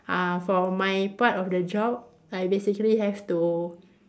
uh for my part of the job I basically have to